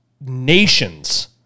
nations